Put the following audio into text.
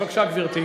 בבקשה, גברתי.